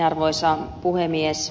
arvoisa puhemies